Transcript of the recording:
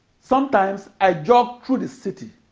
sometimes, i jogged through the city.